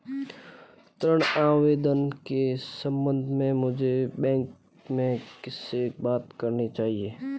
ऋण आवेदन के संबंध में मुझे बैंक में किससे बात करनी चाहिए?